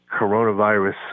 coronavirus